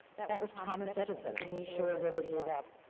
that but was thomas edison and he sure ah never gave up.